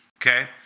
Okay